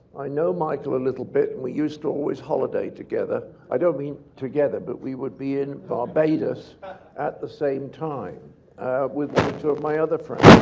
i know michael a little bit. and we used to always holiday together. i don't mean together, but we would be in barbados at the same time with two of my other friends.